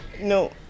No